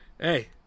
Hey